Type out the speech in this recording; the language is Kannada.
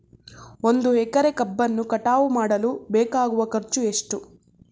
ಒಂದು ಎಕರೆ ಕಬ್ಬನ್ನು ಕಟಾವು ಮಾಡಲು ಬೇಕಾಗುವ ಖರ್ಚು ಎಷ್ಟು?